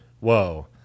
whoa